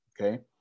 Okay